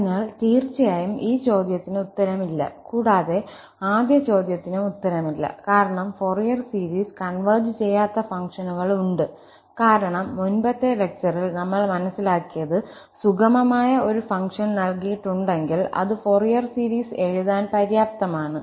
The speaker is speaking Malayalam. അതിനാൽ തീർച്ചയായും ഈ ചോദ്യത്തിന് ഉത്തരം ഇല്ല കൂടാതെ ആദ്യ ചോദ്യത്തിനും ഉത്തരം ഇല്ല കാരണം ഫോറിയർ സീരീസ് കൺവെർജ് ചെയ്യാത്ത ഫംഗ്ഷനുകൾ ഉണ്ട് കാരണം മുൻപത്തേ ലെക്ചറിൽ നമ്മൾ മനസ്സിലാക്കിയത് സുഗമമായ ഒരു ഫംഗ്ഷൻ നൽകിയിട്ടുണ്ടെങ്കിൽ അത് ഫൊറിയർ സീരീസ് എഴുതാൻ പര്യാപ്തമാണ്